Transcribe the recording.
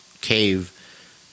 cave